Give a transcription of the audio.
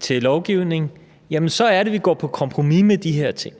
til lovgivningen, så er det, vi går på kompromis med de her ting.